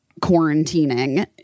quarantining